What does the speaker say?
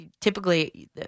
Typically